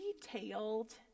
detailed